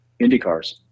IndyCars